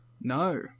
No